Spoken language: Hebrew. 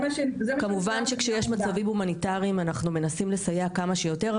כמובן שכשיש מצבים הומניטריים אנחנו מנסים לסייע כמה שיותר,